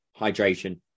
hydration